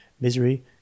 Misery